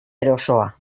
erosoa